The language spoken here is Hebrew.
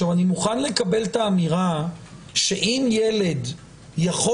אני מוכן לקבל את האמירה שאם ילד יכול